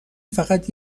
فقط